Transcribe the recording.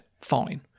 fine